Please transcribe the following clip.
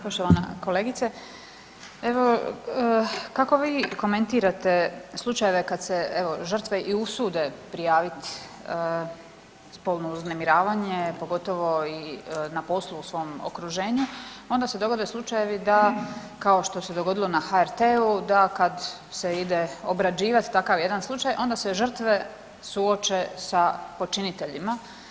Poštovana kolegice, evo kako vi komentirate slučajeve kad se evo žrtve i usude prijavit spolno uznemiravanje pogotovo i na poslu, u svom okruženju, onda se dogode slučajevi da kao što se dogodilo na HRT-u da kad se ide obrađivati takav jedan slučaj onda se žrtve suoče sa počiniteljima.